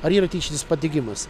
ar yra tyčinis padegimas